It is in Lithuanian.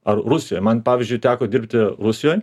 ar rusijoj man pavyzdžiui teko dirbti rusijoj